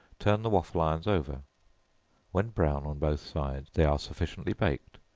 turn the waffle-irons over when brown on both sides, they are sufficiently baked.